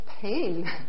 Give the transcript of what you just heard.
pain